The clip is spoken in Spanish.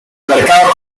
mercados